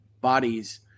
bodies